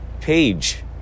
page